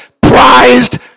prized